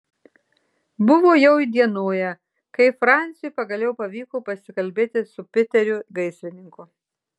buvo jau įdienoję kai franciui pagaliau pavyko pasikalbėti su piteriu gaisrininku